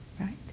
Right